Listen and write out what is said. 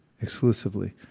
exclusively